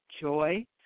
joy